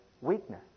weakness